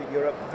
Europe